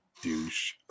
douche